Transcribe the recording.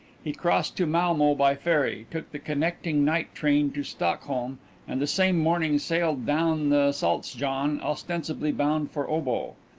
he crossed to malmo by ferry, took the connecting night train to stockholm and the same morning sailed down the saltsjon, ostensibly bound for obo,